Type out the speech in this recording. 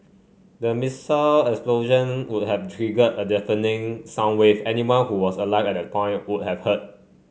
the missile explosion would have triggered a deafening sound wave anyone who was alive at that point would have heard